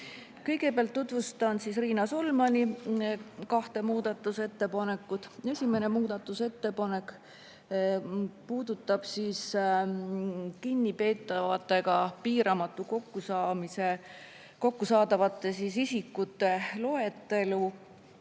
Kõigepealt tutvustan Riina Solmani kahte muudatusettepanekut. Esimene muudatusettepanek puudutab kinnipeetavatega piiramatult [kohtuda] saavate isikute loetelu,